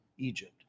Egypt